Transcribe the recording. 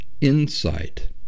insight